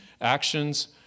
actions